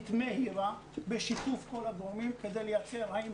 אפידמיולוגית מהירה בשיתוף כל הגורמים כדי לברר האם